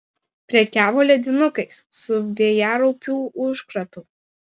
prekiavo ledinukais su vėjaraupių užkratu